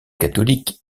catholique